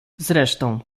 zresztą